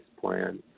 plan